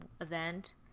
event